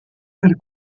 per